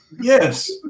Yes